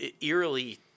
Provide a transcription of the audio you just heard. eerily